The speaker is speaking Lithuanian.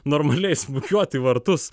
normaliai smūgiuot į vartus